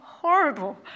horrible